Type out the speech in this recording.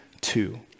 two